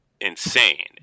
insane